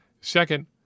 Second